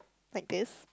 like this